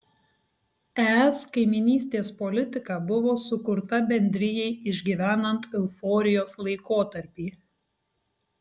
es kaimynystės politika buvo sukurta bendrijai išgyvenant euforijos laikotarpį